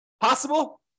Possible